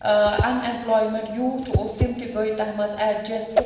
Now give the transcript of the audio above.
ٲں unemployment youth اوس تِم تہِ گٔے تَتھ منٛز ایٚڈجیٚسٹہِ